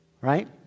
right